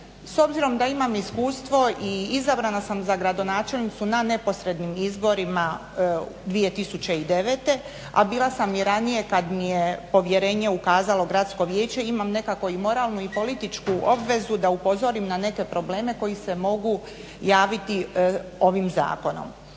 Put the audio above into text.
S obzirom da imam iskustvo i izabrana sam za gradonačelnicu na neposrednim izborima 2009., a bila sam i ranije kad mi je povjerenje ukazalo gradsko vijeće, imam nekako i moralnu i političku obvezu da upozorim na neke probleme koji se mogu javiti ovim zakonom.